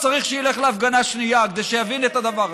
צריך שילך להפגנה שנייה כדי שיבין את הדבר הזה.